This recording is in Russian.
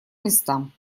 местам